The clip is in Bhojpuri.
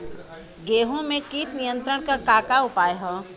गेहूँ में कीट नियंत्रण क का का उपाय ह?